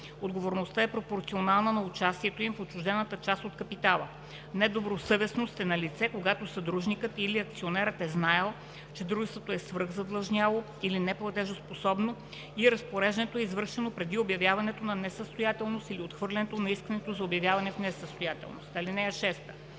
Отговорността е пропорционална на участието им в отчуждената част от капитала. Недобросъвестност е налице, когато съдружникът или акционерът е знаел, че дружеството е свръхзадлъжняло или неплатежоспособно и разпореждането е извършено преди обявяването на несъстоятелност или отхвърлянето на искането за обявяване в несъстоятелност. (6)